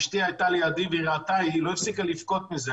אשתי שראתה את זה והיתה לידי לא הפסיקה לבכות בגלל זה,